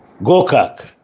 Gokak